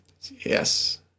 Yes